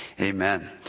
Amen